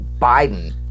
Biden